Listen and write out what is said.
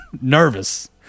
nervous